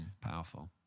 powerful